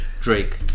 Drake